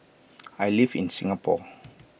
I live in Singapore